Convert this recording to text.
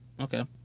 Okay